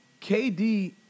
KD